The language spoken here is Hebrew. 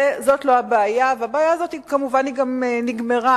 זאת לא הבעיה, והיא גם נגמרה.